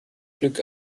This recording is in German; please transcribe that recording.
glück